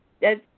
yes